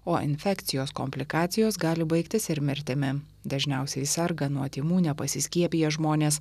o infekcijos komplikacijos gali baigtis ir mirtimi dažniausiai serga nuo tymų nepasiskiepiję žmonės